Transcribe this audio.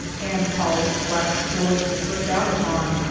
and polished waxed floors to slip down upon,